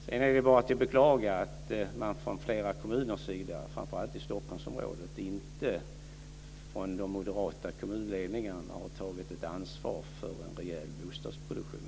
Sedan är det bara att beklaga att de moderata kommunledningarna i flera kommuner - framför allt i Stockholmsområdet - hitintills inte har tagit ansvar för en rejäl bostadsproduktion.